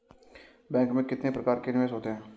Bank में कितने प्रकार के निवेश होते हैं?